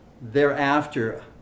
thereafter